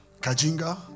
Kajinga